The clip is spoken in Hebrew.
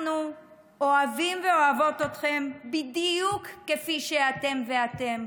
אנחנו אוהבים ואוהבות אתכם בדיוק כפי שאתם ואתן.